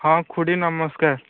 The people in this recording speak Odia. ହଁ ଖୁଡ଼ି ନମସ୍କାର